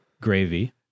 Gravy